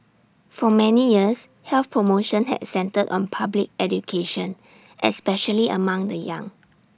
for many years health promotion had centred on public education especially among the young